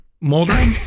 moldering